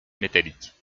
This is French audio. métalliques